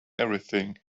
everything